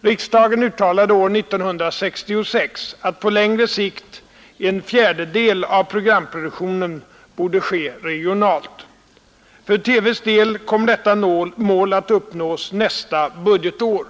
Riksdagen uttalade år 1966 att på längre sikt en fjärdedel av programproduktionen borde ske regionalt. För TV:s del kommer detta mål att uppnås nästa budgetår.